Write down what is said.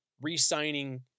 re-signing